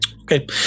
Okay